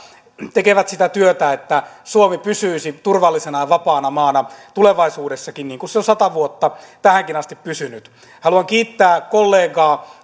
tekevät sitä työtä että suomi pysyisi turvallisena ja vapaana maana tulevaisuudessakin niin kuin se on sata vuotta tähänkin asti pysynyt haluan kiittää kollegaa